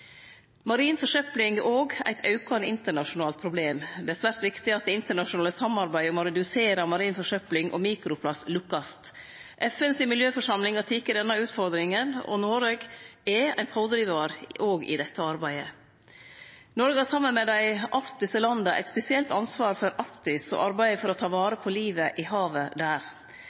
Marin forsøpling er òg eit aukande internasjonalt problem. Det er svært viktig at det internasjonale samarbeidet om å redusere marin forsøpling og mikroplast lukkast. FNs miljøforsamling har teke denne utfordringa, og Noreg er ein pådrivar òg i dette arbeidet. Noreg har saman med dei arktiske landa eit spesielt ansvar for Arktis og arbeidet for å ta vare på livet i havet der.